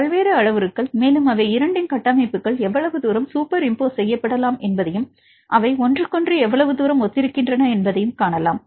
பல்வேறு அளவுருக்கள மேலும் அவை இரண்டின் கட்டமைப்புகள் எவ்வளவு தூரம் சூப்பர் இம்போஸ் செய்யப்படலாம் என்பதையும் அவை ஒன்றுக்கொன்று எவ்வளவு தூரம் ஒத்திருக்கின்றன என்பதையும் காணலாம்